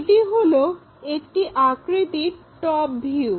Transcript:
এটি হলো এই আকৃতির টপভিউ